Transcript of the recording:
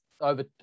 over